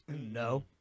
No